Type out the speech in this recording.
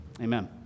amen